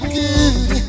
good